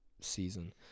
season